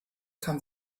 kann